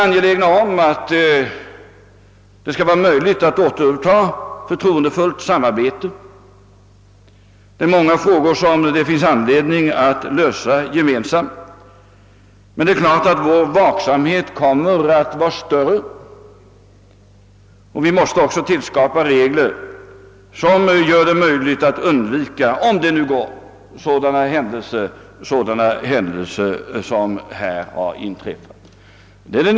Från statens sida är vi angelägna om att återuppta ett förtroendefullt samarbete — det finns många frågor som bör lösas gemensamt — men det är klart att vår vaksamhet kommer att vara större. Vi måste också tillskapa regler som gör det möjligt att undvika sådana händelser som här har inträffat.